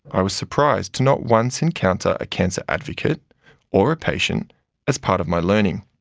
i was surprised to not once encounter a cancer advocate or a patient as part of my learning.